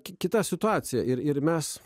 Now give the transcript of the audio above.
kita situacija ir ir mes